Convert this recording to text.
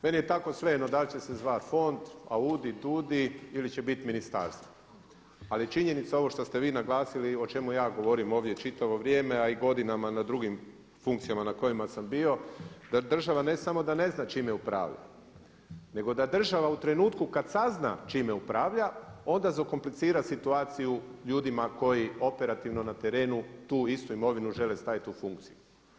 Meni je tako svejedno da li će se zvati fond, AUDI, DUUDI ili će biti ministarstvo ali je činjenica ovo što ste vi naglasili, o čemu ja govorim ovdje čitavo vrijeme a i godinama na drugim funkcijama na kojima sam bio da država ne samo da ne zna čime upravlja nego da država u trenutku kada sazna s čime upravlja onda zakomplicira situaciju ljudima koji operativno na terenu tu istu imovinu žele staviti u funkciju.